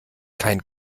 kein